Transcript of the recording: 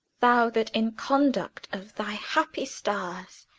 thou that, in conduct of thy happy stars,